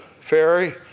ferry